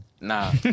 Nah